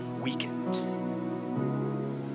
weakened